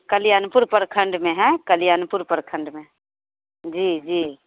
कल्यानपुर प्रखंड में है कल्यानपुर प्रखण्ड में जी जी